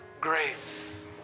grace